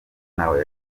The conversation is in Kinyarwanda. ntaho